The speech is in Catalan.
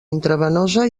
intravenosa